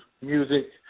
music